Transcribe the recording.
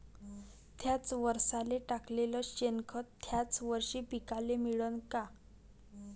थ्याच वरसाले टाकलेलं शेनखत थ्याच वरशी पिकाले मिळन का?